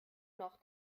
noch